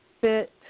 fit